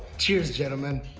cheers, gentlemen.